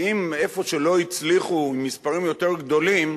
כי איפה שלא הצליחו מספרים יותר גדולים,